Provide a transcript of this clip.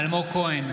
אלמוג כהן,